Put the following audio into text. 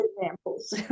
examples